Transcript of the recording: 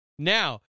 Now